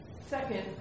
Second